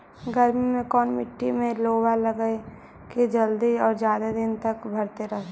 गर्मी में कोन मट्टी में लोबा लगियै कि जल्दी और जादे दिन तक भरतै रहतै?